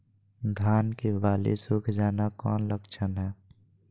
धान की बाली सुख जाना कौन लक्षण हैं?